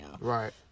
Right